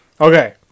Okay